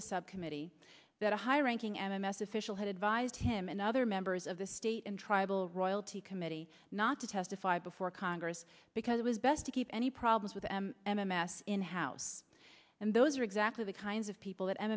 subcommittee that a high ranking m m s official had advised him and other members of the state and tribal royalty committee not to testify before congress because it was best to keep any problems with m m m s in house and those are exactly the kinds of people that